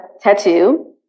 tattoo